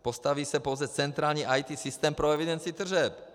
Postaví se pouze centrální IT systém pro evidenci tržeb.